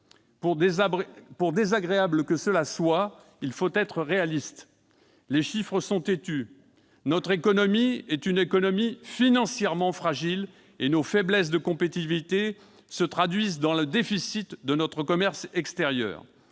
Pour désagréable que cela soit, il faut être réaliste ; les chiffres sont têtus ! Notre économie est financièrement fragile, et nos faiblesses en termes de compétitivité se traduisent dans le déficit de notre commerce extérieur.